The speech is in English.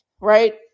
right